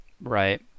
Right